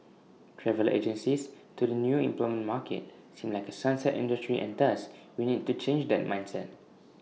travel agencies to the new employment market seem like A sunset industry and thus we need to change that mindset